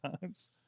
times